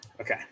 okay